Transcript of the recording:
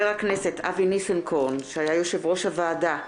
יושב-ראש הוועדה, אבי ניסנקורן, לשר,